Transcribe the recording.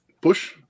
push